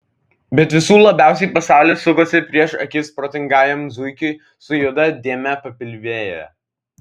bet visų labiausiai pasaulis sukosi prieš akis protingajam zuikiui su juoda dėme papilvėje